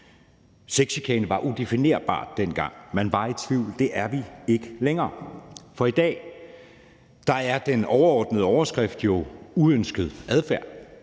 Sexchikane var udefinerbart dengang. Man var i tvivl, men det er vi ikke længere, for i dag er den overordnede overskrift jo: uønsket adfærd.